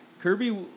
Kirby